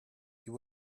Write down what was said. you